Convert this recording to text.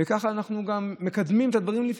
וככה אנחנו גם מקדמים את הדברים,